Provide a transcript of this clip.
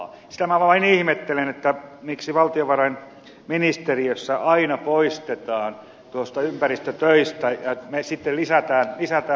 sitä minä vain ihmettelen miksi valtionvarainministeriössä aina poistetaan tuosta ympäristötöistä ja me sitten lisäämme valtiokuntatyöskentelyn yhteydessä